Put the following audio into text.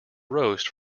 roast